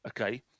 Okay